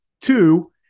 Two